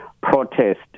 protest